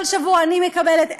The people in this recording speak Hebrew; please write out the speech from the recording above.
כל שבוע אני מקבלת,